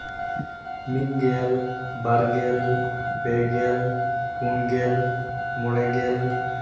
ᱢᱤᱫᱜᱮᱞ ᱵᱟᱨᱜᱮᱞ ᱯᱮᱜᱮᱞ ᱯᱩᱱᱜᱮᱞ ᱢᱚᱬᱮᱜᱮᱞ